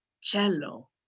cello